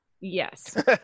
Yes